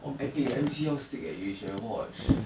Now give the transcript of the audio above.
orh eh M_C_L sick eh you should have watch